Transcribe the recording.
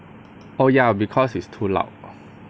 oh ya because it's too loud